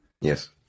Yes